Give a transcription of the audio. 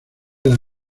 las